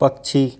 पक्षी